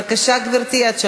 בבקשה, גברתי.